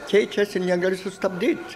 keičiasi negali sustabdyt